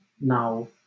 Now